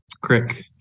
Crick